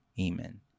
Amen